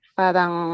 parang